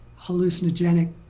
hallucinogenic